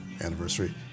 anniversary